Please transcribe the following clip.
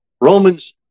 Romans